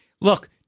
Look